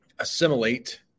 Assimilate